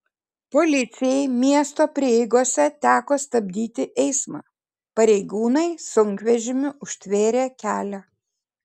policijai miesto prieigose teko stabdyti eismą pareigūnai sunkvežimiu užtvėrė kelią